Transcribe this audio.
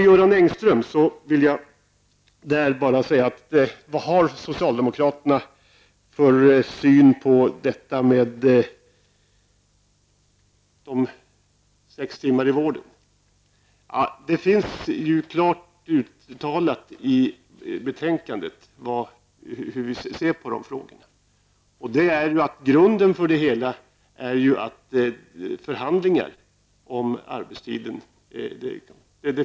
Göran Engström undrar vilken syn socialdemokraterna har på frågan om de sex timmarna i vården. Det finns ju klart uttalat i betänkandet hur vi ser på de frågorna. Grunden för det hela är förhandling om arbetstiden.